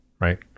right